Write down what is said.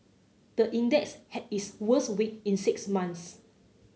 the index had its worst week in six months